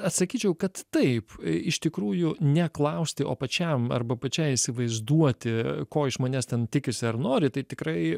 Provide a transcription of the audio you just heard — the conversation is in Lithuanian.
atsakyčiau kad taip iš tikrųjų ne klausti o pačiam arba pačiai įsivaizduoti ko iš manęs ten tikisi ar nori tai tikrai